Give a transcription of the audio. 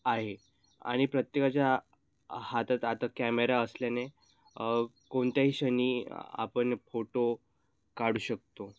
आहे आणि प्रत्येकाच्या हातात आता कॅमेरा असल्याने कोणत्याही क्षणी आपण फोटो काढू शकतो